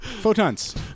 Photons